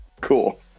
Cool